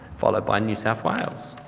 followed by new south wales.